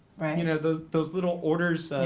you know those those little orders,